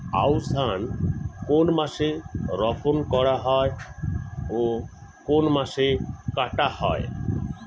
আউস ধান কোন মাসে বপন করা হয় ও কোন মাসে কাটা হয়?